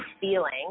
feeling